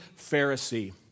Pharisee